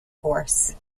force